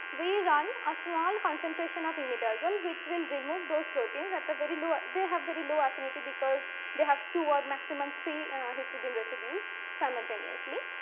we run a small concentration of imidazole which will remove those proteins at the very and low they have very low affinity because they have two or maximum three histidine residues simultaneously.